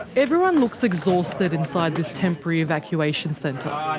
everyone looks exhausted inside this temporary evacuation centre.